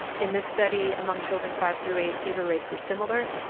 in this study among children five through eight fever rates were similar.